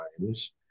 times